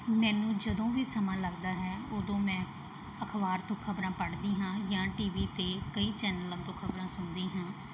ਮੈਨੂੰ ਜਦੋਂ ਵੀ ਸਮਾਂ ਲੱਗਦਾ ਹੈ ਉਦੋਂ ਮੈਂ ਅਖਬਾਰ ਤੋਂ ਖਬਰਾਂ ਪੜ੍ਹਦੀ ਹਾਂ ਜਾਂ ਟੀਵੀ 'ਤੇ ਕਈ ਚੈਨਲਾਂ ਤੋਂ ਖਬਰਾਂ ਸੁਣਦੀ ਹਾਂ